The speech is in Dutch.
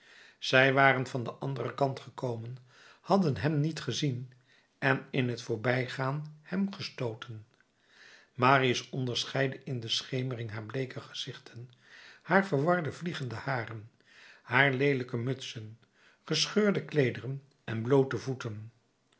zij waren van den anderen kant gekomen hadden hem niet gezien en in t voorbijgaan hem gestooten marius onderscheidde in de schemering haar bleeke gezichten haar verwarde vliegende haren haar leelijke mutsen gescheurde kleederen en bloote voeten